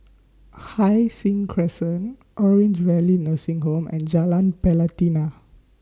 Hai Sing Crescent Orange Valley Nursing Home and Jalan Pelatina